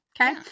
Okay